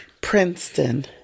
Princeton